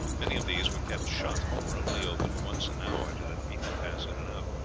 many of these were kept shut, and were only opened once an hour to let people pass in and out.